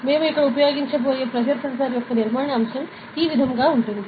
మేము ఇక్కడ ఉపయోగించబోయే ప్రెజర్ సెన్సార్ యొక్క నిర్మాణ అంశం ఈ విధంగా ఉంది